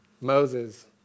Moses